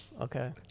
Okay